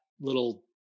little